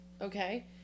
okay